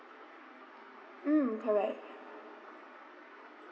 mm correct